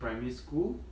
primary school